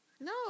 No